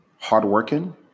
hardworking